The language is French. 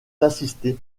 assisté